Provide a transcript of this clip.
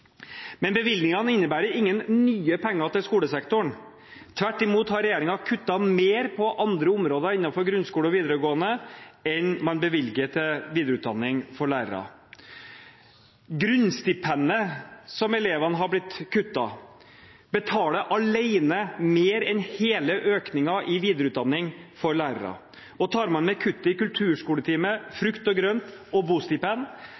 Men bevilgningene innebærer ingen nye penger til skolesektoren. Tvert imot har regjeringen kuttet mer på andre områder innenfor grunnskole og videregående enn man bevilger til videreutdanning for lærere. Grunnstipendet, som har blitt kuttet for elevene, betaler alene mer enn hele økningen i videreutdanning for lærere. Tar man med kuttet i antall kulturskoletimer, frukt og grønt og